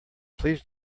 please